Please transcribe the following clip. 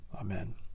Amen